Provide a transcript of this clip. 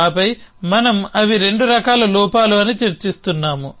ఆపై మనం అవి రెండు రకాల లోపాలు అని చర్చిస్తున్నాము